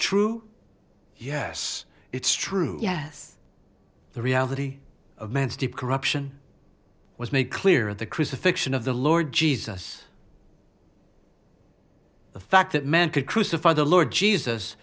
true yes it's true yes the reality of man's deep corruption was made clear at the crucifixion of the lord jesus the fact that man could crucify the lord jesus